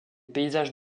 paysages